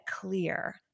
clear